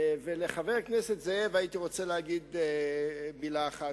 ולחבר הכנסת זאב הייתי רוצה להגיד מלה אחת.